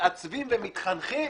מתעצבים ומתחנכים